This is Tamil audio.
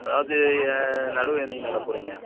அதாவது நடவு என்னைக்கு நட போகிறீங்க